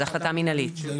זה החלטה מנהלית.